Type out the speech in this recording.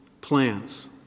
plants